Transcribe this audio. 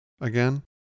Again